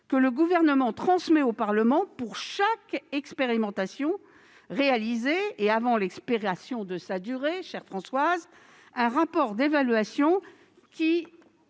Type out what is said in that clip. que le Gouvernement transmet au Parlement, pour chaque expérimentation réalisée et avant l'expiration de sa durée, un rapport d'évaluation